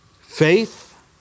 Faith